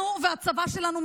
אנחנו והצבא שלנו,